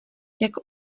jako